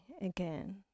again